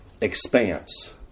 expanse